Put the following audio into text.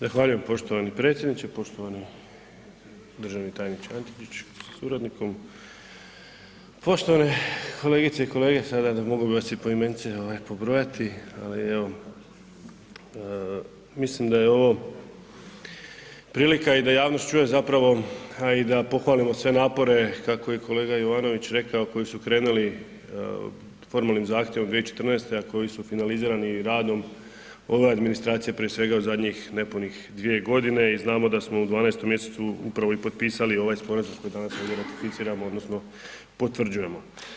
Zahvaljujem poštovani predsjedniče, poštovani državni tajniče Antičić sa suradnikom, poštovane kolegice i kolege, sada da mogu bi vas i poimenice pobrojati, ali evo mislim da je ovo prilika i da javnost čuje zapravo, a i da pohvalimo sve napore kako je i kolega Jovanović rekao, koji su krenuli formalnim zahtjevom 2014., a koji su finalizirani radom ove administracije, prije svega, u zadnjih nepunih 2.g. i znamo da smo u 12 mjesecu upravo i potpisali ovaj sporazum koji danas ratificiramo odnosno potvrđujemo.